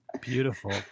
beautiful